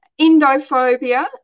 Indophobia